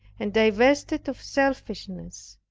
and divested of selfishness,